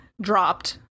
dropped